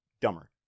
dumber